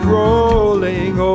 rolling